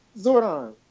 Zordon